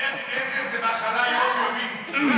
חבר כנסת זה מחלה יום-יומית.